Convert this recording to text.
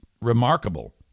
remarkable